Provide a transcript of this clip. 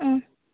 ꯑꯥ